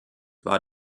war